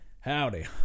Howdy